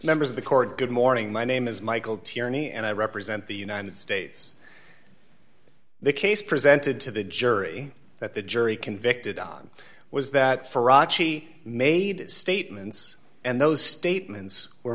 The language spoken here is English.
members of the cord good morning my name is michael tierney and i represent the united states the case presented to the jury that the jury convicted on was that for achi made statements and those statements